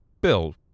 Bill